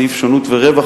בסעיף שונות ורווח,